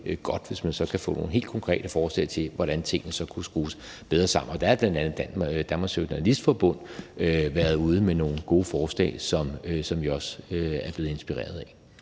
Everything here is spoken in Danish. hvis man så kan få nogle helt konkrete forslag til, hvordan tingene så kunne skrues bedre sammen. Og der har bl.a. Danmarks Journalistforbund været ude med nogle gode forslag, som vi også er blevet inspireret af.